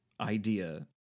idea